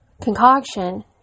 concoction